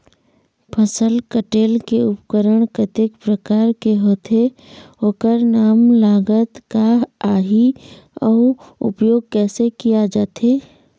फसल कटेल के उपकरण कतेक प्रकार के होथे ओकर नाम लागत का आही अउ उपयोग कैसे किया जाथे?